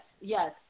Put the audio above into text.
yes